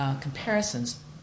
Comparisons